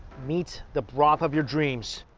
meet the broth of your dreams.